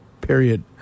period